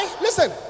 listen